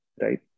right